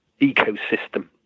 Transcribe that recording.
ecosystem